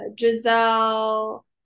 Giselle